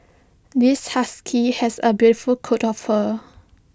this husky has A beautiful coat of fur